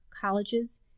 colleges